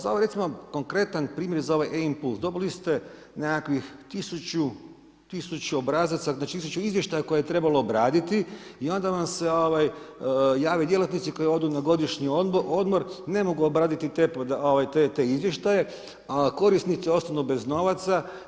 Za ovaj recimo konkretan primjer za ovaj e-impuls dobili ste nekakvih 1000, 1000 obrazaca, znači 1000 izvještaja koje je trebalo obraditi i onda vam se jave djelatnici koji odu na godišnji odmor, ne mogu obraditi te izvještaje, a korisnici ostanu bez novaca.